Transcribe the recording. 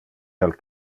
del